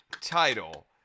title